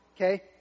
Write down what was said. Okay